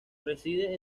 reside